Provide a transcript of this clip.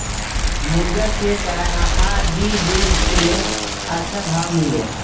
मुर्गा के का आहार दी जे से अच्छा भाव मिले?